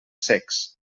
secs